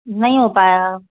नहीं हो पाएगा